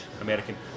American